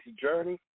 journey